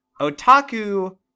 otaku